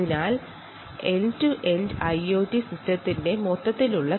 ഇതാണ് end to end IoT system